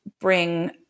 bring